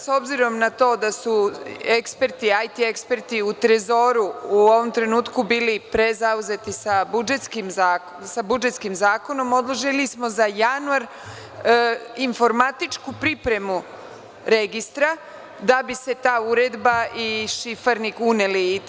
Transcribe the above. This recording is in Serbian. Sada, s obzirom na to da su IT-eksperti u Trezoru u ovom trenutku bili prezauzeti sa budžetskim zakonom, odložili smo za januar informatičku pripremu registra, da bi se ta uredba i šifarnik uneli.